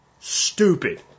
stupid